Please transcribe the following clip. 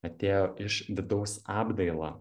atėjo iš vidaus apdaila